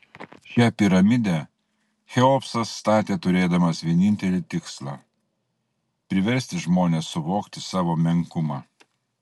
šią piramidę cheopsas statė turėdamas vienintelį tikslą priversti žmones suvokti savo menkumą